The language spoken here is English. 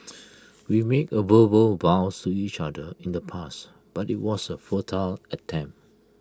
we made A verbal vows to each other in the past but IT was A futile attempt